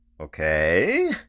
okay